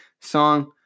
song